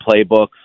playbooks